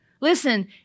Listen